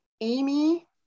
Amy